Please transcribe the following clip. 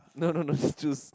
no no no choose